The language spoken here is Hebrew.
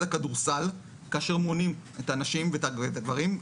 הכדורסל כאשר מונים את הנשים ואת הגברים,